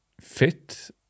fit